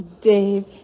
Dave